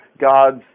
God's